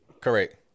correct